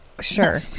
Sure